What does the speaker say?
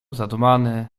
zadumany